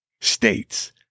states